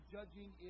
Judging